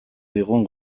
digun